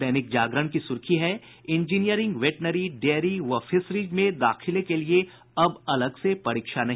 दैनिक जागरण की सुर्खी है इंजीनियरिंग वेटनरी डेयरी व फिशरीज में दाखिले को अब अलग से परीक्षा नहीं